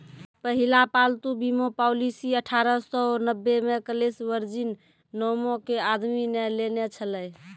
पहिला पालतू बीमा पॉलिसी अठारह सौ नब्बे मे कलेस वर्जिन नामो के आदमी ने लेने छलै